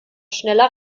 schneller